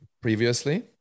previously